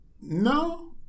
No